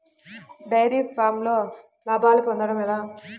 Dairy ఫామ్లో లాభాలు పొందడం ఎలా?